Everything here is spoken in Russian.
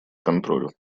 контролю